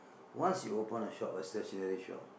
once you open a shop a stationery shop